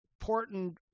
important—